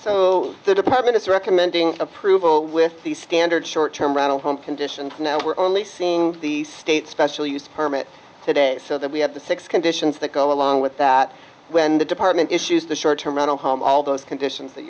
so the department is recommending approval with the standard short term rental home conditions now we're only seeing the state special use permit today so that we have the six conditions that go along with that when the department issues the short term rental home all those conditions that